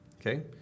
Okay